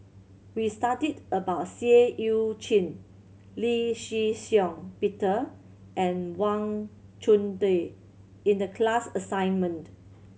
we studied about Seah Eu Chin Lee Shih Shiong Peter and Wang Chunde in the class assignment